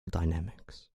dynamics